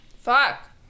Fuck